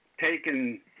taken